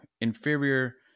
inferior